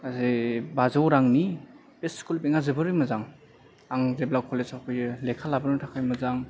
गासै बाजौ रांनि बे स्कुल बेगा जोबोर मोजां आं जेब्ला कलेजाव फैयो लेखा लाबोनो थाखाय मोजां